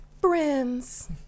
friends